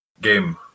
game